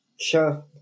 Sure